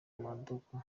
modoka